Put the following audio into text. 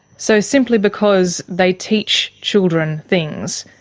so, simply because they teach children things,